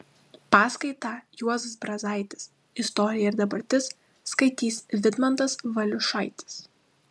paskaitą juozas brazaitis istorija ir dabartis skaitys vidmantas valiušaitis